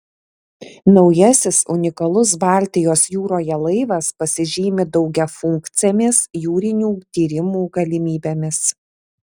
naujasis unikalus baltijos jūroje laivas pasižymi daugiafunkcėmis jūrinių tyrimų galimybėmis